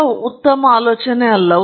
ಆದ್ದರಿಂದ ಅಲ್ಲಿ ಯಾವುದೇ ಚಿಹ್ನೆ ಕಾಣುವುದಿಲ್ಲ